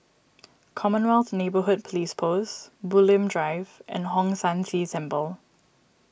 Commonwealth Neighbourhood Police Post Bulim Drive and Hong San See Temple